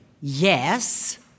Yes